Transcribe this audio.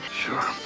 Sure